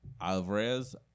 Alvarez